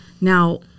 Now